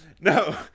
No